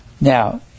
Now